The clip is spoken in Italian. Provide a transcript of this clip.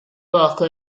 poco